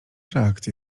reakcje